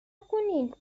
کنین